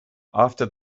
after